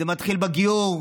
זה מתחיל בגיור,